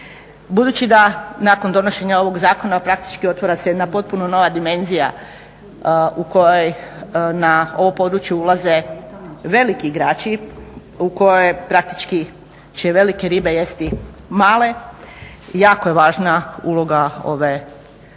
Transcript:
Budući da nakon donošenja ovog zakona praktički otvara se jedna potpuno nova dimenzija u kojoj na ovom području ulaze veliki igrači u kojoj praktički će i velike ribe jesti male, jako je važna uloga ove agencije